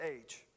age